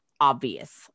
obvious